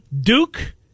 Duke